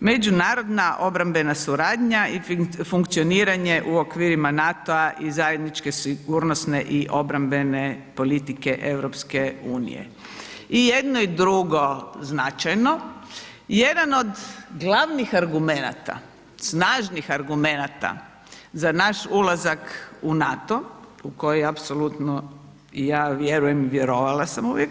Međunarodna obrambena suradnja i funkcioniranje u okvirima NATO-a i zajedničke sigurnosne i obrambene politike EU, i jedno i drugo značajno, jedan od glavnih argumenata, snažnih argumenata za naš ulazak u NATO, u koji apsolutno ja vjerujem i vjerovala sam uvijek,